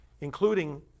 including